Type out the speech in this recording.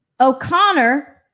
O'Connor